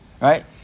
right